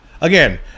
again